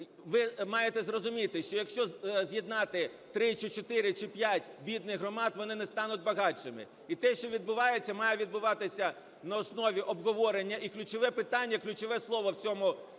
ви маєте зрозуміти, що якщо з'єднати три, чи чотири, чи п'ять бідних громад, вони не стануть багатшими. І те, що відбувається, має відбуватися на основі обговорення. І ключове питання, ключове слово в цьому законі